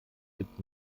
gibt